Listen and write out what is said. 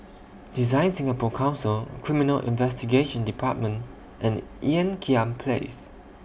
Design Singapore Council Criminal Investigation department and Ean Kiam Place